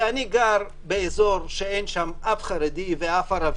אני גר באזור שאין בו ערבים וחרדים,